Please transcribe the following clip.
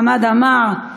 חמד עמאר,